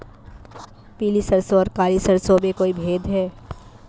पीली सरसों और काली सरसों में कोई भेद है?